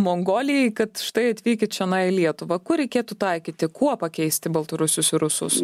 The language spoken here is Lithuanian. mongolijai kad štai atvykit čionai į lietuvą kur reikėtų taikyti kuo pakeisti baltarusius ir rusus